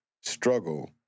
struggle